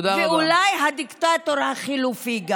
ואולי גם הדיקטטור החלופי.